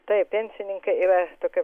taip pensininkai yra tokia